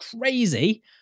crazy